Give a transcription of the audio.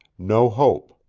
no hope.